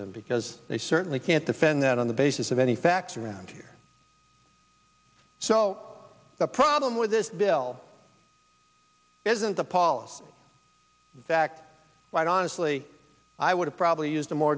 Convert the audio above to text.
them because they certainly can't defend that on the basis of any facts around here so the problem with this bill isn't a policy that would honestly i would have probably used a more